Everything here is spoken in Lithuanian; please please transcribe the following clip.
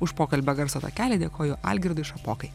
už pokalbio garso takelį dėkoju algirdui šapokai